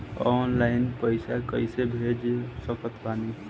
Online पैसा कैसे भेज सकत बानी?